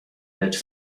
lecz